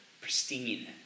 pristine